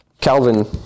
Calvin